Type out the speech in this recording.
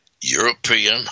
European